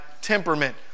temperament